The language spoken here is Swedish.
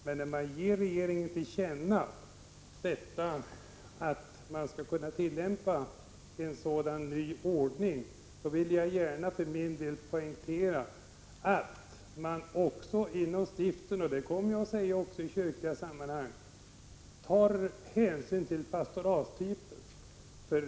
Men när man ger regeringen till känna att en sådan här ny ordning skall kunna tillämpas, vill jag gärna för min del poängtera att man inom stiften — det kommer jag att säga också i kyrkliga sammanhang — skall ta hänsyn till pastoratstypen.